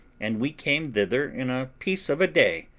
and we came thither in a piece of a day,